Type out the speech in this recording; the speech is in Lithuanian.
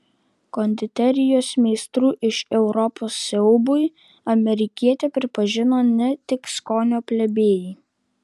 konditerijos meistrų iš europos siaubui amerikietę pripažino ne tik skonio plebėjai